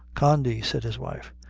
condy, said his wife,